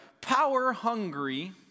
power-hungry